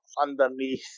underneath